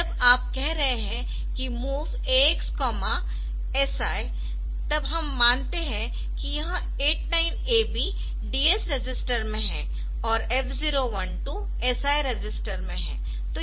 जब आप कह रहे है कि MOV AX SI तब हम मानते है कि यह 89AB DS रजिस्टर में है और F012 SI रजिस्टर में है